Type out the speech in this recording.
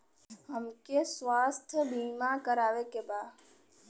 हमके स्वास्थ्य बीमा करावे के बा?